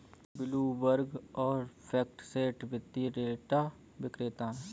Bloomberg और FactSet वित्तीय data विक्रेता हैं